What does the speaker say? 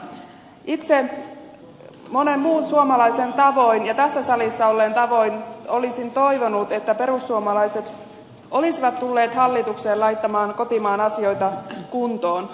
itse monen muun suomalaisen tavoin ja tässä salissa olleen tavoin olisin toivonut että perussuomalaiset olisivat tulleet hallitukseen laittamaan kotimaan asioita kuntoon